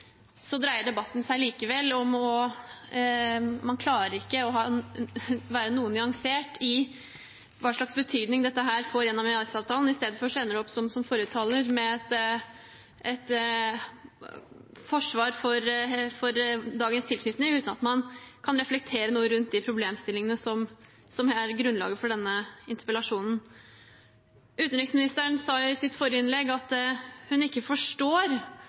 Man klarer i debatten ikke å være noe nyansert med hensyn til hvilken betydning dette får gjennom EØS-avtalen. Isteden ender det opp med, som hos forrige taler, et forsvar for dagens tilknytning, uten at man kan reflektere noe rundt de problemstillingene som er grunnlaget for denne interpellasjonen. Utenriksministeren sa i sitt forrige innlegg at hun ikke